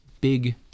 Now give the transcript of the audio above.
big